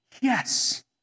yes